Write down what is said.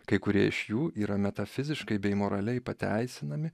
kai kurie iš jų yra metafiziškai bei moraliai pateisinami